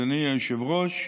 אדוני היושב-ראש,